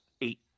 eight